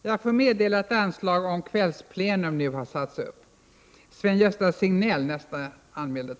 Jag får meddela att anslag nu har satts upp om att detta sammanträde skall fortsätta efter kl.